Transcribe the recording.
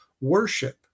worship